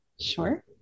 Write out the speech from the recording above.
Sure